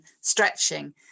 stretching